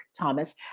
Thomas